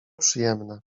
przyjemne